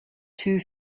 two